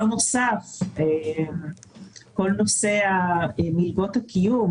כל נושא מלגות הקיום